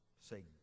say